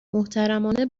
محترمانه